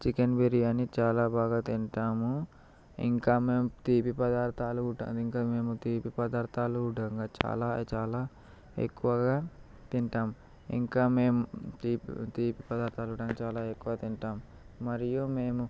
chicken biryani చాలా బాగా తింటాము ఇంకా మేము తీపి పదార్థాలు కూడా ఇంకా మేము తీపి పదార్థాలు కూడా ఇంకా చాలా చాలా ఎక్కువగా తింటాం ఇంకా మేము తీపి తీపి పదార్థాలు కూడా చాలా ఎక్కువగా తింటాం మరియు మేము